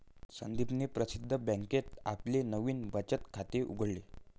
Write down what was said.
संदीपने प्रसिद्ध बँकेत आपले नवीन बचत खाते उघडले